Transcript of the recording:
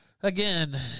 again